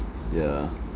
yeah